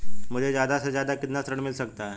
मुझे ज्यादा से ज्यादा कितना ऋण मिल सकता है?